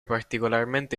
particolarmente